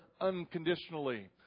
unconditionally